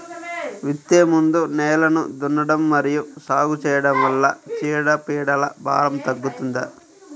విత్తే ముందు నేలను దున్నడం మరియు సాగు చేయడం వల్ల చీడపీడల భారం తగ్గుతుందా?